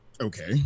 Okay